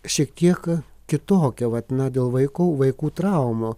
šiek tiek kitokia vat na dėl vaiko vaikų traumų